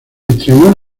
estrenó